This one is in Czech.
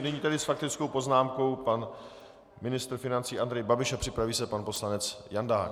Nyní tedy s faktickou poznámkou pan ministr financí Andrej Babiš a připraví se pan poslanec Jandák.